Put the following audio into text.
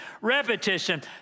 repetition